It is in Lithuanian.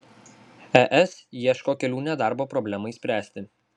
es ieško kelių nedarbo problemai spręsti